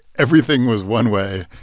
everything was one way.